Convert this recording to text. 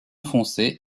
foncé